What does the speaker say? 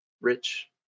Rich